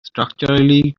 structurally